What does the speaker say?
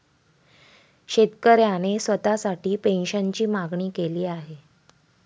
शेतकऱ्याने स्वतःसाठी पेन्शनची मागणी केली आहे